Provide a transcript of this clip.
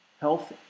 health